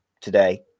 today